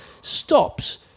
stops